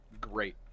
great